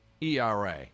ERA